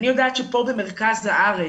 אני יודעת שפה במרכז הארץ,